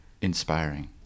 inspiring